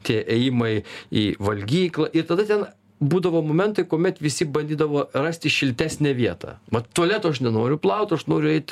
tie ėjimai į valgyklą ir tada ten būdavo momentai kuomet visi bandydavo rasti šiltesnę vietą vat tualeto aš nenoriu plaut aš noriu eit